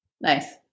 Nice